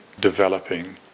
developing